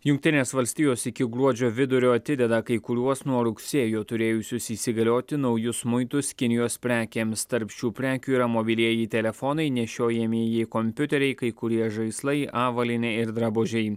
jungtinės valstijos iki gruodžio vidurio atideda kai kuriuos nuo rugsėjo turėjusius įsigalioti naujus muitus kinijos prekėms tarp šių prekių yra mobilieji telefonai nešiojamieji kompiuteriai kai kurie žaislai avalynė ir drabužiai